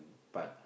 but